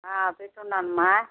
పెట్టినాను అమ్మ